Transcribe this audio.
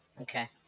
Okay